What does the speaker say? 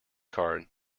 card